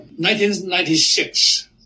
1996